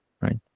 right